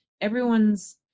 everyone's